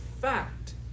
fact